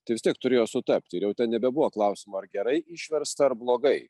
tai vis tiek turėjo sutapti ir jau ten nebebuvo klausimo ar gerai išversta ar blogai